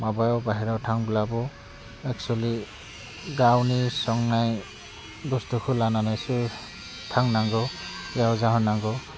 माबायाव बाहेरायाव थांब्लाबो एक्सुलि गावनि संनाय बुस्थुखौ लानानैसो थांनांगौ बेयाव जाहोनांगौ